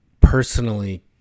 personally